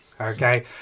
okay